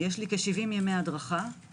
יש לי כ-70 ימי הדרכה,